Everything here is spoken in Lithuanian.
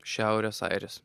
šiaurės airis